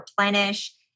replenish